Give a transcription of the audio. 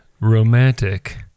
romantic